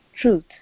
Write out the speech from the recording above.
truth